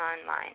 online